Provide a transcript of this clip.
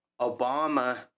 Obama